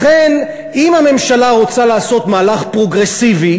לכן, אם הממשלה רוצה לעשות מהלך פרוגרסיבי,